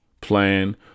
plan